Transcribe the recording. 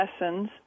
lessons